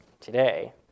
today